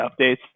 updates